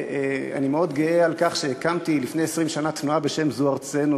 אני מאוד גאה על כך שהקמתי לפני 20 שנה תנועה בשם "זו ארצנו",